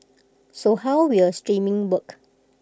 so how will streaming work